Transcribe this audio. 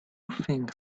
think